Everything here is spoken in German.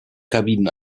kabinen